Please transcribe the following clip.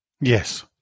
yes